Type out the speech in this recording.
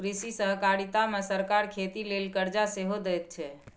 कृषि सहकारिता मे सरकार खेती लेल करजा सेहो दैत छै